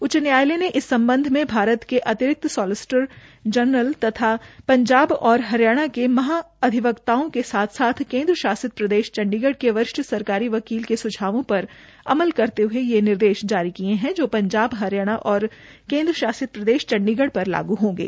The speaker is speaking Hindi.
उच्च न्यायालय ने इस संबंध में भारत के अतिरिक्त सॉलीसीटर जनरल तथा पंजाब और हरियाणा के महाधिवक्ताओं के साथ साथ केंद्र शासित प्रदेश चंडीगढ़ के वरिष्ठ सरकारी वकील के सुझावों पर अमल करते हए ये निर्देश जारी किए हैं जो पंजाब हरियाणा और केंद्र शासित प्रदेश चंडीगढ़ पर लागू होंगे